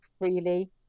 freely